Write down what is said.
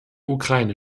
ukraine